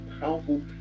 powerful